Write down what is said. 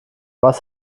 was